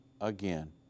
again